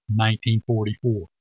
1944